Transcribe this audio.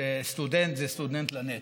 שסטודנט זה סטודנט לנצח.